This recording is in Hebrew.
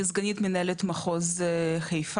שמי יוליה גינזבורג אני סגנית מנהלת מחוז חיפה,